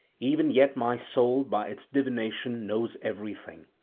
even yet my soul by its divination knows everything.